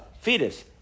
fetus